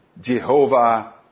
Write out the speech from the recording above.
Jehovah